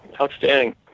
outstanding